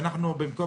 שבמקום